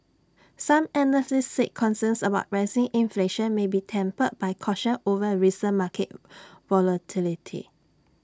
some analysts said concerns about rising inflation may be tempered by caution over recent market volatility